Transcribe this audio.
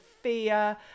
fear